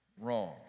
Wrong